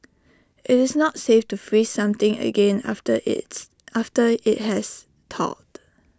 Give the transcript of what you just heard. IT is not safe to freeze something again after its after IT has thawed